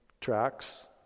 tracks